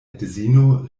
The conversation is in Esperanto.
edzino